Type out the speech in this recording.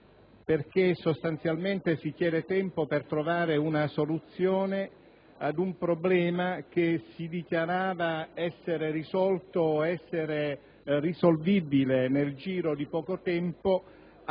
Sostanzialmente si chiede tempo per trovare una soluzione ad un problema che si dichiarava essere risolto o risolvibile nel giro di poco tempo